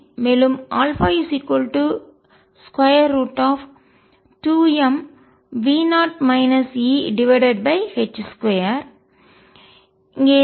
மேலும் α √ 2m h2 0